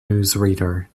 newsreader